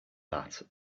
that